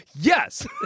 yes